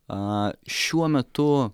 a šiuo metu